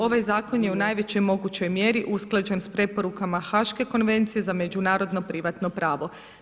Ovaj zakon je u najvećoj mogućoj mjeri usklađen s preporukama HAŠKE konvencije za međunarodno privatno pravo.